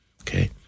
Okay